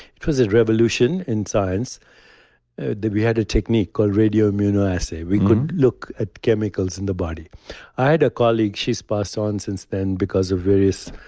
it was a revolution in science that we had a technique called radio immunoassay. we could look at chemicals in the body i had a colleague, she's passed on since then because of various